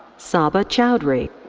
saba choudhary.